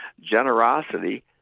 Generosity